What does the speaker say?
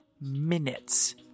minutes